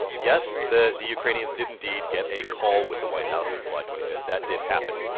yes, the the ukrainians did indeed get a call with the white house on july twenty five. that did happen.